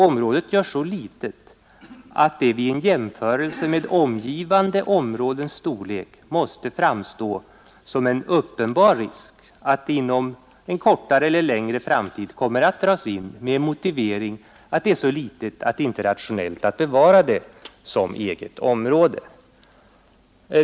Området görs så litet att det vid en jämförelse med omgivande områdens storlek måste framstå som en uppenbar risk att det inom en närmare eller mera avlägsen framtid kommer att dras in, med motiveringen att det är så litet att det inte skulle vara rationellt att bevara det som eget område.